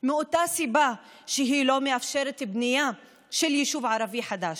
מאותה סיבה שהיא לא מאפשרת בנייה של יישוב ערבי חדש,